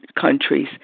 countries